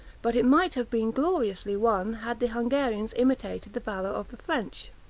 but it might have been gloriously won, had the hungarians imitated the valor of the french.